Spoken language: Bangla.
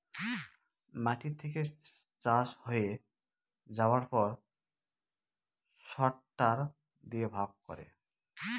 মাটি থেকে চাষ হয়ে যাবার পর সরটার দিয়ে ভাগ করে